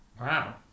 Wow